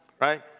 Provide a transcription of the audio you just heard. right